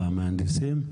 המהנדסים?